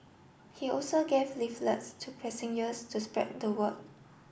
he also gave leaflets to passengers to spread the word